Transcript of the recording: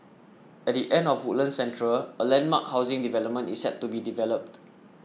at the edge of Woodlands Central a landmark housing development is set to be developed